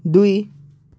दुई